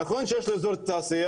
נכון שיש לי אזור תעשייה,